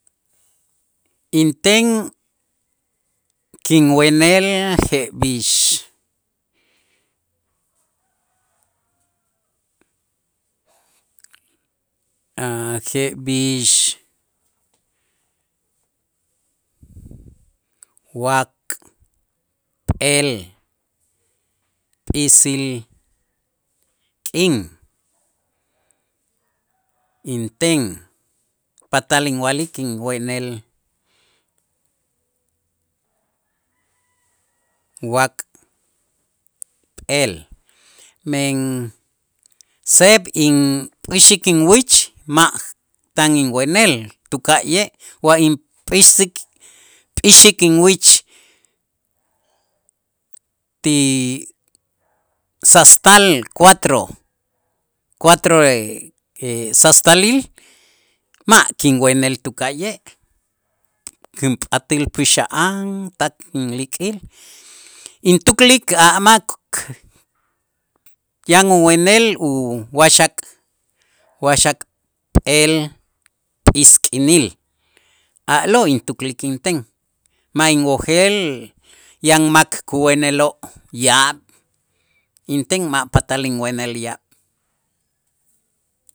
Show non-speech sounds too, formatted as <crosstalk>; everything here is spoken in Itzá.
Inten kinwenel jeb'ix <hesitation> jeb'ix wakp'eel p'iisil k'in inten patal inwa'lik kinwenel wakp'eel, men seeb' inpuxik inwich ma' tan inwenel tuka'ye' wa inp'ix säk p'i'xik inwich ti sastal cuatro cuatro <hesitation> sastalil ma' kinwenel tuka'ye', kinpat'äl p'i'xa'an tak inlik'il intuklik a' mak yan uwenel uwaxakp'eel p'iisk'inil, a'lo' kintuklik inten ma' inwojel yan mak kuweneloo' yaab', inen ma' patal inwenel yaab'.